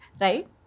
right